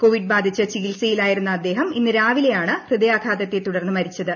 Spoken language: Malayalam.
കോവിഡ് ബാധിച്ച് ചികിത്സയിലായിരുന്ന അദ്ദേഹം ഇന്ന് രാവിലെയാണ് ഹൃദയാഘാതത്തെ തുടർന്ന് മരിച്ചത്